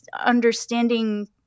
understanding